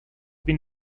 been